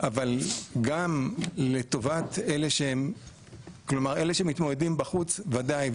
אבל גם לטובת אלה שמתמודדים בחוץ וודאי,